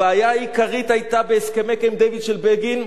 הבעיה העיקרית שהיתה בהסכמי קמפ-דייוויד של בגין,